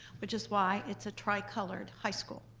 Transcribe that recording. which is why it's a tri-colored high school.